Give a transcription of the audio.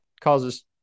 causes